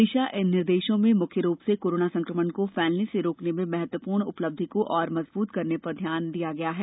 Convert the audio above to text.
दिशा निर्देशों में मुख्य रूप से कोरोना संक्रमण को फैलने से रोकने में महत्वपूर्ण उपलब्धि को और मजबूत करने पर ध्यान दिया गया है